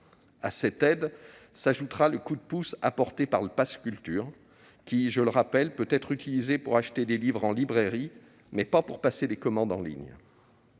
À cette aide s'ajoutera le coup de pouce apporté par le pass Culture, qui, je le rappelle, peut être utilisé pour acheter des livres en librairie, mais pas pour passer des commandes en ligne.